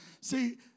See